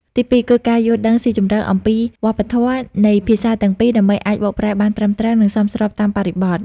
ទីពីរ គឺការយល់ដឹងស៊ីជម្រៅអំពីវប្បធម៌នៃភាសាទាំងពីរ ដើម្បីអាចបកប្រែបានត្រឹមត្រូវ និងសមស្របតាមបរិបទ។